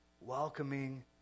welcoming